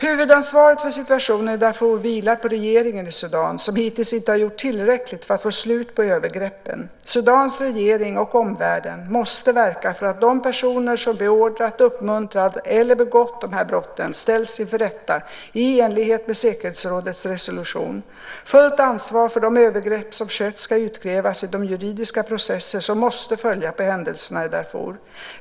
Huvudansvaret för situationen i Darfur vilar på regeringen i Sudan, som hittills inte har gjort tillräckligt för att få slut på övergreppen. Sudans regering - och omvärlden - måste verka för att de personer som beordrat, uppmuntrat eller begått dessa brott ställs inför rätta i enlighet med säkerhetsrådets resolution. Fullt ansvar för de övergrepp som skett ska utkrävas i de juridiska processer som måste följa på händelserna i Darfur.